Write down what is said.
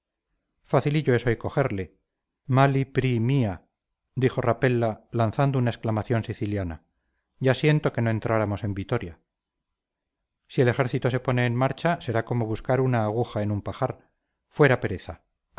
es hoy cogerle mali pri mia dijo rapella lanzando una exclamación siciliana ya siento que no entráramos en vitoria si el ejército se pone en marcha será como buscar una aguja en un pajar fuera pereza